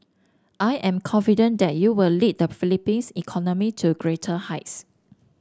I am confident that you will lead the Philippines economy to greater heights